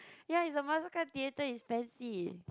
ya it's a Mastercard-Theater it's expensive